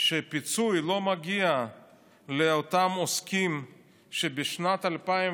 שפיצוי לא מגיע לאותם עוסקים שבשנת 2019